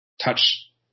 touch